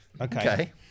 okay